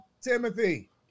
Timothy